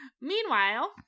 Meanwhile